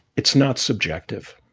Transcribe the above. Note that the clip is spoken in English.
it's not subjective.